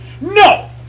No